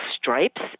stripes